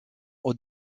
aux